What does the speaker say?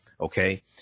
Okay